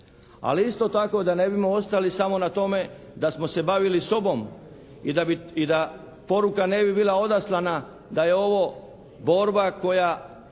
Ali isto tako da ne bismo ostali samo na tome da smo se bavili sobom i da poruka ne bi bila odaslana da je ovo borba koja